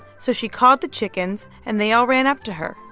so she called the chickens, and they all ran up to her,